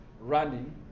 running